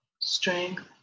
Strength